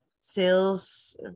sales